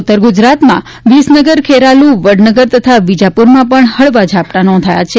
ઉત્તર ગુજરાતમાં વિસનગર ખેરાલુ વડનગર તથા વિજાપુરમાં પણ હળવા ઝાપટાં નોંધાયા છે